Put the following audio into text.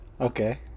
okay